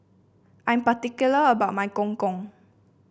I'm particular about my Gong Gong